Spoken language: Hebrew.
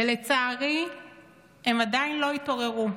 ולצערי הם עדיין לא התעוררו.